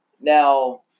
Now